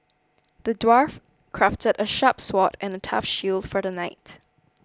the dwarf crafted a sharp sword and a tough shield for the knight